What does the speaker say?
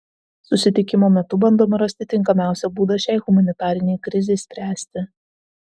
susitikimo metu bandoma rasti tinkamiausią būdą šiai humanitarinei krizei spręsti